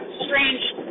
strange